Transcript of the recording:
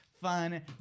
fun